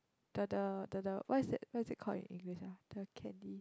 the the the the what is that what is it called in English ah the candy